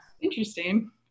interesting